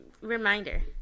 Reminder